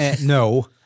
No